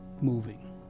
moving